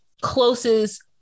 closest